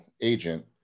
agent